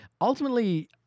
ultimately